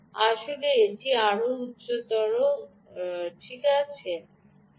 আসলে এটি আরও উচ্চতর গিয়েছিল ডানদিকে